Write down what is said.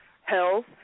health